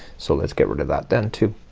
so let's get rid of that then too.